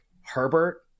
Herbert